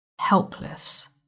helpless